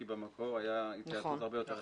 כי במקור היה התייעצות הרבה יותר רחבה.